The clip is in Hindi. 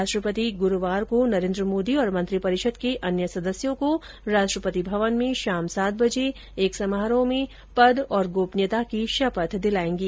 राष्ट्रपति गुरूवार को नरेन्द्र मोदी और मंत्रिपरिषद के अन्य सदस्यों को राष्ट्रपति भवन में शाम सात बजे एक समारोह में पद और गोपनीयता की शपथ दिलाएंगे